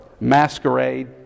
masquerade